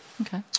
Okay